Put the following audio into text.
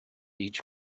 each